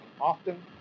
often